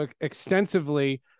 extensively